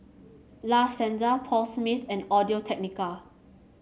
La Senza Paul Smith and Audio Technica